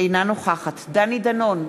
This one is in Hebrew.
אינה נוכחת דני דנון,